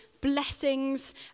blessings